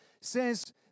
says